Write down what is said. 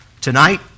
Tonight